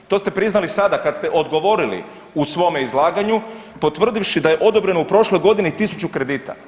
To ste priznali sada kad ste odgovorili u svome izlaganju potvrdivši da je odobreno u prošloj godini 1000 kredita.